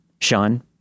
Sean